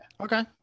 Okay